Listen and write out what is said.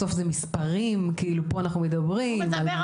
בסוף זה מספרים כאילו, פה אנחנו מדברים על